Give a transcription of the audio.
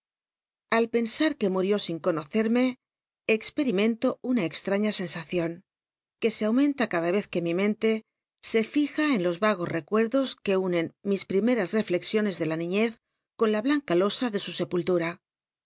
al pensar que mnrió sin conocerme experimento una cxlraíia scnsarion que e numenta cada ez que mi mente se fija en los vagos recuerdos que unen mis rimeras reflexiones de la niñez con la blanca losa de su sepullma